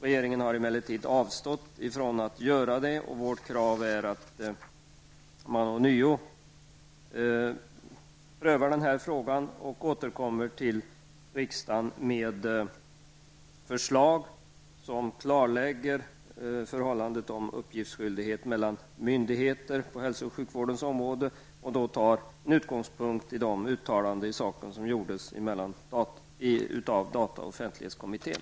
Regeringen har emellertid avstått från att lägga fram några förslag i den riktning, och vårt förslag är att man ånyo prövar den här frågan och återkommer till riksdagen med förslag som klarlägger frågan om uppgiftsskyldigheten mellan myndigheter på hälsooch sjukvårdens område. Utgångspunkten för dessa förslag bör vara de uttalanden som gjorts av data och offentlighetskommittén.